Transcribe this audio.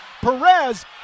Perez